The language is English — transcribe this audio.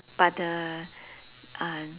but the uh